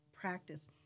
practice